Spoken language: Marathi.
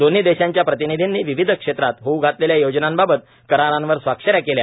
दोन्ही देशांच्या प्रतिनिधींनी विविध क्षेत्रात होऊ घातलेल्या योजनांबाबत करारांवर स्वाक्षऱ्या केल्या